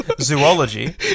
zoology